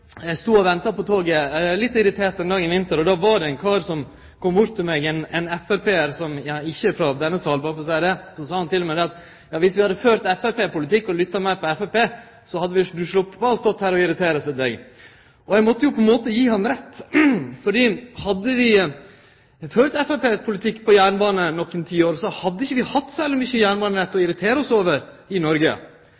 Eg stod og venta på toget, litt irritert, ein dag i vinter. Då var det ein kar som kom bort til meg, ein Frp-ar – ikkje frå denne salen, berre for å seie det – og så sa han til meg at viss vi hadde ført framstegspartipolitikk og lytta meir på Framstegspartiet, hadde eg sloppe å stå der og irritere meg. Eg måtte på ein måte gi han rett, for hadde vi ført framstegspartipolitikk på jernbane nokre tiår, hadde vi ikkje hatt særleg mykje jernbanenett